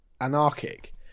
anarchic